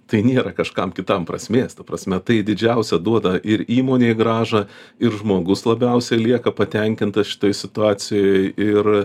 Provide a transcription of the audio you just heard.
tai nėra kažkam kitam prasmės ta prasme tai didžiausią duoda ir įmonei grąžą ir žmogus labiausia lieka patenkintas šitoj situacijoj ir